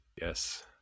Yes